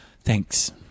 thanks